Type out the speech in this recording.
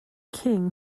king